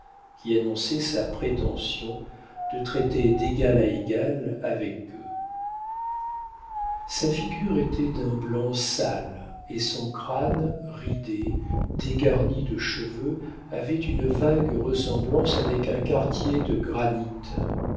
qui annonçaient sa prétention de traiter d'égal à égal avec eux sa figure était d'un blanc sale et son crâne ridé dégarni de cheveux avait une vague ressemblance avec un quartier de granit